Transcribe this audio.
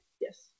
Yes